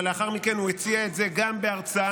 אבל לאחר מכן הוא הציע את זה גם בהרצאה,